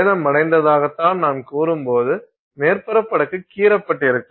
சேதமடைந்ததாக நான் கூறும்போது மேற்பரப்பு அடுக்கு கீறப்பட்டிருக்கும்